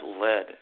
led